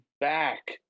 back